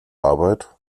arbeit